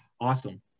awesome